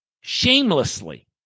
shamelessly